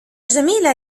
جميلة